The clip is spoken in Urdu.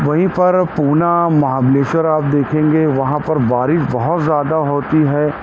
وہی پر پونا مہابلیشور آپ دیکھیں گے وہاں پر بارش بہت زیادہ ہوتی ہے